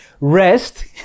Rest